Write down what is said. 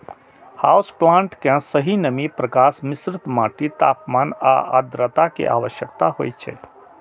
house plant कें सही नमी, प्रकाश, मिश्रित माटि, तापमान आ आद्रता के आवश्यकता होइ छै